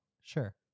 sure